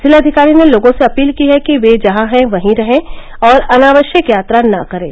जिलाधिकारी ने लोगों से अपील की है कि वे जहा हैं वहीं रहें और अनावश्यक यात्रा न करें